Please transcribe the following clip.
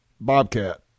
Bobcat